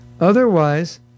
otherwise